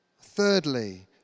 Thirdly